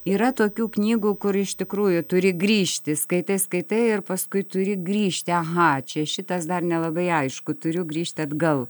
yra tokių knygų kur iš tikrųjų turi grįžti skaitai skaitai ir paskui turi grįžti aha čia šitas dar nelabai aišku turiu grįžti atgal